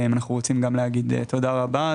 גם אנחנו רוצים לומר תודה רבה.